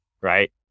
right